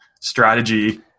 strategy